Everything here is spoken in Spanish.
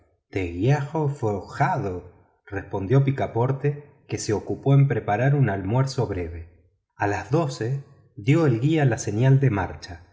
de hierro respondió picaporte que se ocupaba en preparar un almuerzo breve a las doce dio el guía la señal de marcha